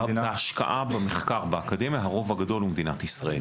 בהשקעה במחקר באקדמיה הרוב הגדול הוא מדינת ישראל,